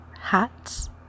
hats